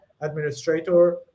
administrator